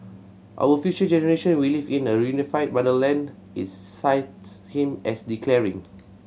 our future generations will live in a reunified motherland its cites him as declaring